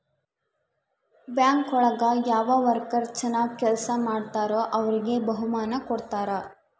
bank ಒಳಗ ಯಾವ worker ಚನಾಗ್ ಕೆಲ್ಸ ಮಾಡ್ತಾರೋ ಅವ್ರಿಗೆ ಬಹುಮಾನ ಕೊಡ್ತಾರ